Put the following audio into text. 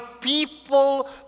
people